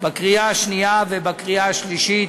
בקריאה שנייה ובקריאה שלישית.